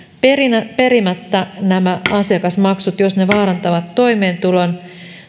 perimättä asiakasmaksut jos ne vaarantavat toimeentulon